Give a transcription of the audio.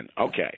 Okay